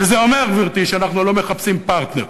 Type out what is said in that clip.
וזה אומר, גברתי, שאנחנו לא מחפשים פרטנר.